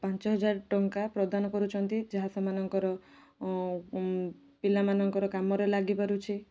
ପାଞ୍ଚ ହଜାର ଟଙ୍କା ପ୍ରଦାନ କରୁଛନ୍ତି ଯାହା ସେମାନଙ୍କର ପିଲାମାନଙ୍କର କାମରେ ଲାଗିପାରୁଛି